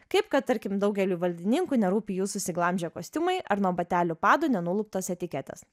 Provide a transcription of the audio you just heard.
kaip kad tarkim daugeliui valdininkų nerūpi jų susiglamžę kostiumai ar nuo batelių padų nenuluptos etiketės